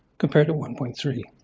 compared to one point three.